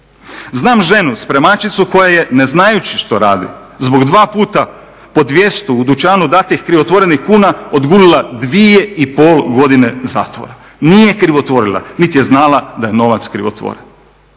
Znam ženu, spremačicu, koja je ne znajući što radi zbog dva puta po 200 u dućanu datih krivotvorenih kuna odgulilla 2,5 godine zatvora. Nije krivotvorila, niti je znala da je novac krivotvoren.